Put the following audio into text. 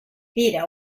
era